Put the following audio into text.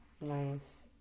Nice